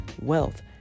wealth